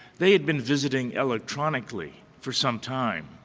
they had been visiting electronically for sometime.